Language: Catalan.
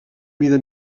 mida